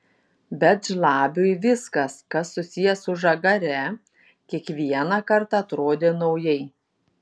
bet žlabiui viskas kas susiję su žagare kiekvieną kartą atrodė naujai